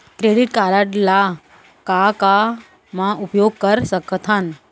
Credit card ला का का मा उपयोग कर सकथन?